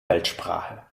weltsprache